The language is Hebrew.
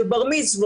של בר מצוות,